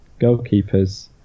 goalkeepers